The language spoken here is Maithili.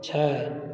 छै